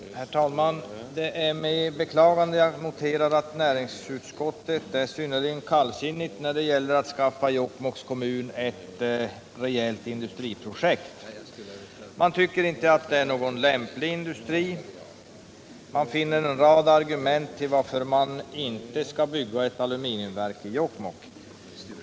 Herr talman! Det är med beklagande jag noterar näringsutskottets kallsinnighet när det gäller att skaffa Jokkmokks kommun ett rejält industriprojekt. Man tycker inte att det är någon lämplig industri. Man finner en rad argument för uppfattningen att man inte skall bygga ett aluminiumverk i Jokkmokk.